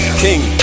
king